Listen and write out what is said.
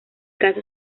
caso